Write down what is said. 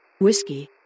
Whiskey